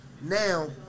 Now